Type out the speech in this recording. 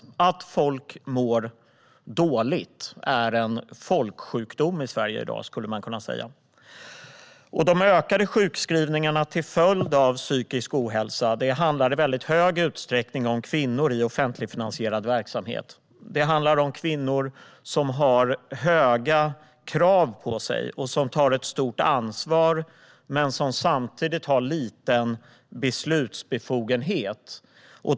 Man skulle kunna säga att det i dag är en folksjukdom i Sverige att må dåligt. De ökade sjukskrivningarna till följd av psykisk ohälsa gäller i väldigt stor utsträckning kvinnor i offentligfinansierad verksamhet. Det handlar om kvinnor som har höga krav på sig och som tar ett stort ansvar men som samtidigt har lite beslutsbefogenhet.